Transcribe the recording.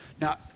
Now